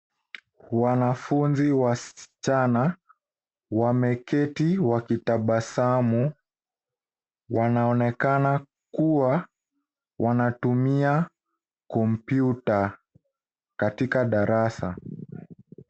Wanafunzi wasichana wameketi wakitabasamu, wanaonekana kuwa wanatumia kompyuta katika darasa.